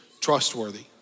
trustworthy